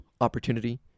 opportunity